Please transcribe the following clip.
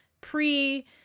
pre